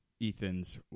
Ethan's